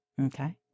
Okay